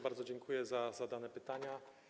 Bardzo dziękuję za zadane pytania.